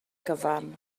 gyfan